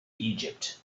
egypt